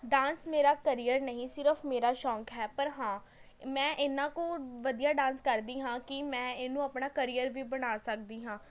dance ਮੇਰਾ career ਨਹੀਂ ਸਿਰਫ ਮੇਰਾ ਸ਼ੌਂਕ ਹੈ ਪਰ ਹਾਂ ਮੈਂ ਇਹਨਾਂ ਕੁ ਵਧੀਆ ਡਾਂਸ ਕਰਦੀ ਹਾਂ ਕਿ ਮੈਂ ਇਹਨੂੰ ਆਪਣਾ ਕਰੀਅਰ ਵੀ ਬਣਾ ਸਕਦੀ ਹਾਂ